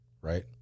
right